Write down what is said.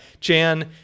chan